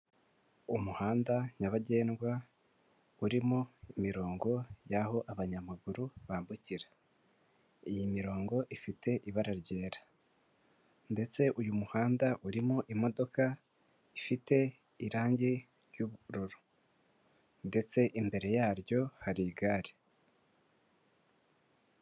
Umuhanda nyabagendwa urimo imirongo y'aho abanyamaguru bambukira, iyi mirongo ifite ibara ryera ndetse uyu muhanda urimo imodoka ifite irange ry'ubururu ndetse imbere yaryo hari igare.